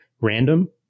random